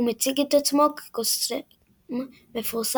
הוא מציג את עצמו כקוסם מפורסם,